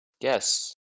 yes